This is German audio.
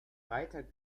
reiter